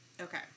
Okay